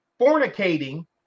fornicating